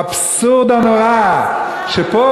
האבסורד הנורא פה,